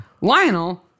Lionel